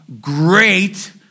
great